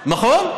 נכון,